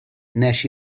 nes